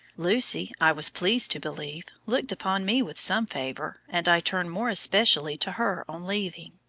lucy, i was pleased to believe, looked upon me with some favour, and i turned more especially to her on leaving.